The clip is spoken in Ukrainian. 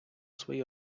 своїй